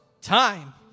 time